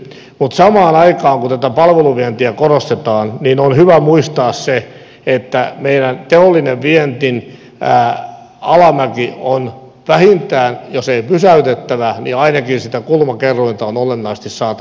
mutta samaan aikaan kun tätä palveluvientiä korostetaan on hyvä muistaa se että meidän teollisen viennin alamäki on vähintään jos ei pysäytettävä niin ainakin sitä kulmakerrointa on olennaisesti saatava muutettua